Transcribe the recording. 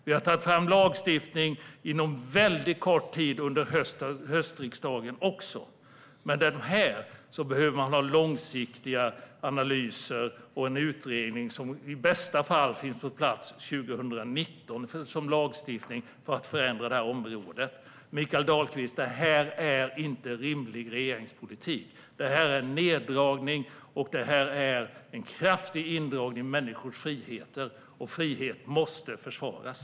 Vi har tagit fram lagstiftning på väldigt kort tid under höstriksdagen också. Men här behöver man ha långsiktiga analyser och en utredning som gör att det i bästa fall finns lagstiftning på plats 2019 för att förändra detta område. Det här är inte rimlig regeringspolitik, Mikael Dahlqvist. Detta är en neddragning, och det är en kraftig indragning i fråga om människors friheter. Frihet måste försvaras.